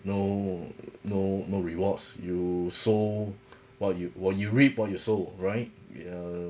no no no rewards you so what you what you reap what you sow right ya